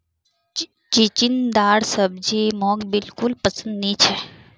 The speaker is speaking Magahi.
चिचिण्डार सब्जी मोक बिल्कुल पसंद नी छ